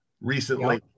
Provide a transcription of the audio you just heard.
recently